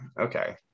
Okay